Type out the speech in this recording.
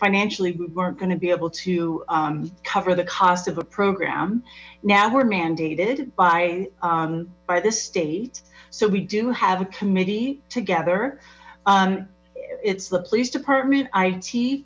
financially we weren't going to be able to cover the cost of a program now we're mandated by by the state so we do have a committee together it's the police department i